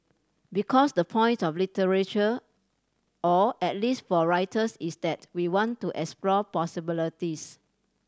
because the point of literature or at least for writers is that we want to explore possibilities